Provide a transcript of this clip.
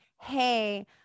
hey